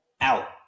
out